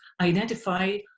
identify